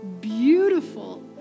beautiful